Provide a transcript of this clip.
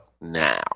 now